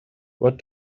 what